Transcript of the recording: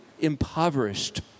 impoverished